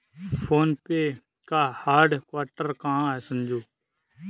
Phone पे का headquarter कहां है संजू?